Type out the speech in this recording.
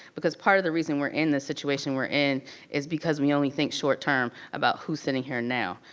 because part of the reason we're in this situation we're in is because we only think short term about who's sitting here now.